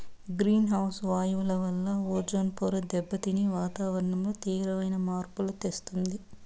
green house వాయువుల వలన ozone పొర దెబ్బతిని వాతావరణంలో తీవ్రమైన మార్పులను తెస్తుంది